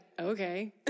okay